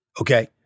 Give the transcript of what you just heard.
okay